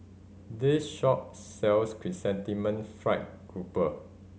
this shop sells Chrysanthemum Fried Grouper